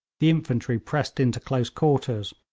the infantry pressed in to close quarters,